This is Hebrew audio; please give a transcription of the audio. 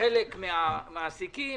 לחלק מהמעסיקים.